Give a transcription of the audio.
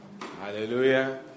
Hallelujah